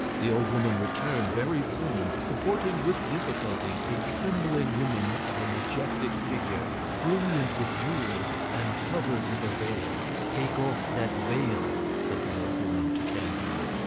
the old woman returned very soon, supporting with difficulty a trembling woman of a majestic figure, brilliant with jewels, and covered with a veil. take off that veil, said the old woman to candide.